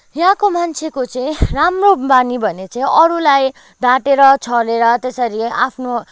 यहाँको मान्छेको चाहिँ राम्रो बानी भने चाहिँ अरूलाई ढाँटेर छलेर त्यसरी आफ्नो